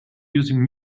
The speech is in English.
using